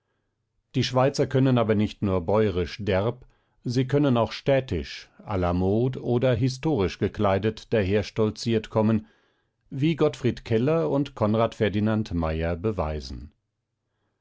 die schweizer können aber nicht nur bäuerisch derb sie können auch städtisch la mode oder historisch gekleidet daherstolziert kommen wie gottfried keller und conrad ferdinand meyer beweisen